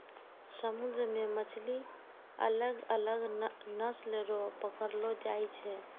समुन्द्र मे मछली अलग अलग नस्ल रो पकड़लो जाय छै